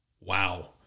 Wow